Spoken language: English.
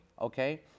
okay